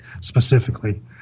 specifically